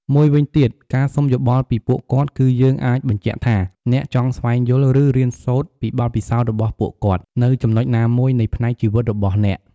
មួយវិញទៀត ការសុំយោបល់ពីពួកគាត់ គឺយើងអាចបញ្ជាក់ថា អ្នកចង់ស្វែងយល់ ឬរៀនសូត្រពីបទពិសោធន៍របស់ពួកគាត់ នៅចំណុចមួយណានៃផ្នែកជីវិតរបស់អ្នក។